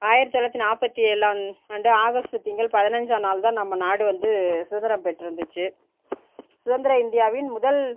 ஆயிரத்தொள்ளாயிரத்தி நாற்பத்தி ஏழாம் ஆண்டு ஆகஸ்ட் திங்கள் பதினஞ்சாம் நாள்தான் நம்ம நாடு வந்து சுதந்திரம் பெற்று வந்துச்சு சுதந்திர இந்தியாவின் முதல்